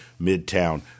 Midtown